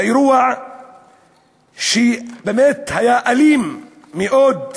באירוע שבאמת היה אלים מאוד.